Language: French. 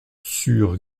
sur